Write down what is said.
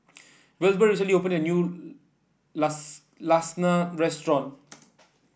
Wilbur recently opened a new Lasagna restaurant